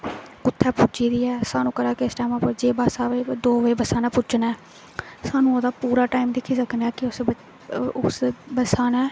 कुत्थै पुज्जी दे ऐ सानूं घरा किस टैम उप्पर बस आए कोई दो बजे बस्सा ने पुज्जना ऐ सानूं ओह्दा पूरा टाइम दिक्खी सकने आं कि उस ब उस बस्सा ने